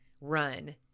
run